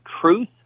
truth